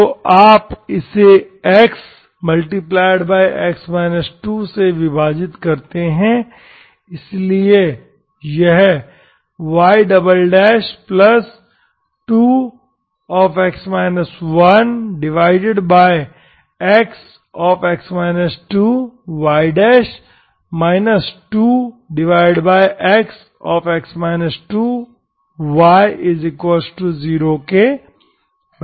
तो आप इसे x से विभाजित करते हैं इसलिए यह y2xy 2x y0 के बराबर है